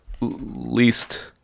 least